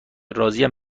راضیم